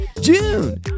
June